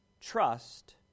trust